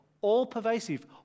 all-pervasive